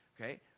Okay